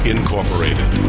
Incorporated